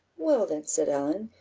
well then, said ellen,